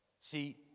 See